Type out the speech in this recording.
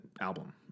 album